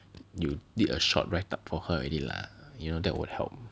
you did a short write up for her already lah you know that would help